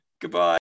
Goodbye